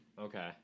Okay